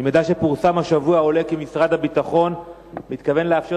ממידע שפורסם השבוע עולה כי משרד הביטחון מתכוון לאפשר